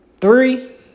Three